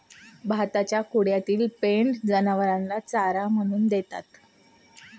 भाताच्या कुंड्यातील पेंढा जनावरांना चारा म्हणून देतात